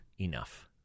enough